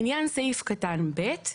בעניין סעיף קטן (ב):